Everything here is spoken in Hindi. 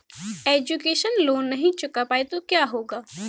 एजुकेशन लोंन नहीं चुका पाए तो क्या होगा?